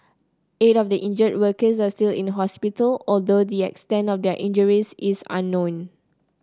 eight of the injured workers are still in hospital although the extent of their injuries is unknown